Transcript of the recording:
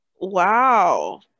wow